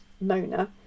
Mona